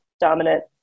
dominant